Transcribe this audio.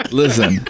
listen